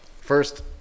first